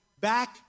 back